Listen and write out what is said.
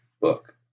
book